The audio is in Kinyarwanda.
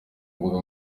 mbuga